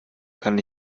kann